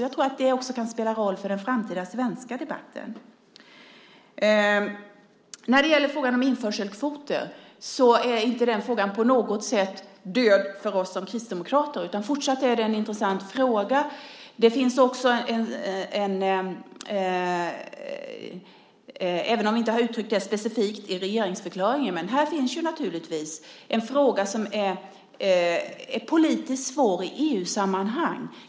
Jag tror att det också kan spela roll för den framtida svenska debatten. Frågan om införselkvoter är inte på något sätt död för oss kristdemokrater. Fortsatt är det en intressant fråga även om vi inte har uttryckt det specifikt i regeringsförklaringen. Men det är en fråga som är politiskt svår i EU-sammanhang.